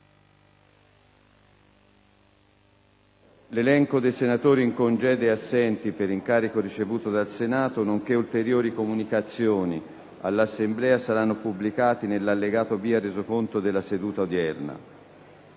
L'elenco dei senatori in congedo e assenti per incarico ricevuto dal Senato, nonché ulteriori comunicazioni all'Assemblea saranno pubblicati nell'allegato B al Resoconto della seduta odierna.